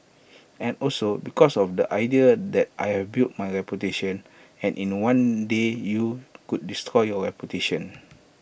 and also because of the idea that I've built my reputation and in one day you could destroy your reputation